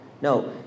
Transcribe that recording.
No